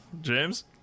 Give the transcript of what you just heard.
James